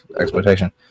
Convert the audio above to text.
exploitation